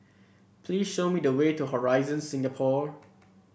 please show me the way to Horizon Singapore